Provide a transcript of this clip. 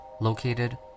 located